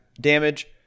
damage